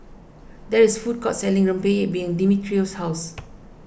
there is food court selling Rempeyek behind Dimitrios' house